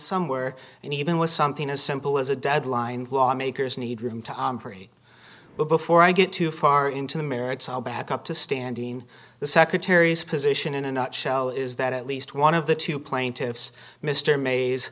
somewhere and even with something as simple as a deadline lawmakers need room to hurry but before i get too far into the merits i'll back up to standing the secretary's position in a nutshell is that at least one of the two plaintiffs mr ma